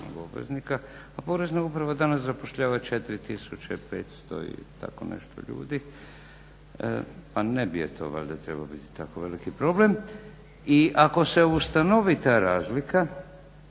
Pa Porezna uprava danas zapošljava 4500 tako nešto ljudi pa ne bi joj to valjda trebao biti tako veliki problem. I ako se ustanovi ta razlika